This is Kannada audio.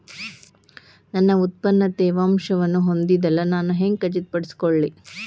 ನನ್ನ ಉತ್ಪನ್ನ ತೇವಾಂಶವನ್ನು ಹೊಂದಿಲ್ಲಾ ನಾನು ಹೆಂಗ್ ಖಚಿತಪಡಿಸಿಕೊಳ್ಳಲಿ?